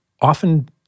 often